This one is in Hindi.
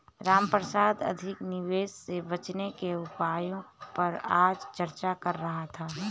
रामप्रसाद अधिक निवेश से बचने के उपायों पर आज चर्चा कर रहा था